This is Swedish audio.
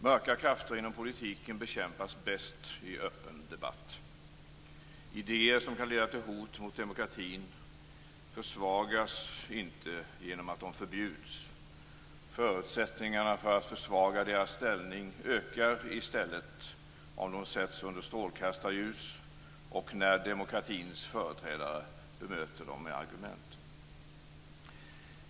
Mörka krafter inom politiken bekämpas bäst i öppen debatt. Idéer som kan leda till hot mot demokratin försvagas inte genom att de förbjuds. Förutsättningarna för att försvaga deras ställning ökar i stället om de sätts under strålkastarljus och när demokratins företrädare bemöter dem med argument.